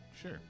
sure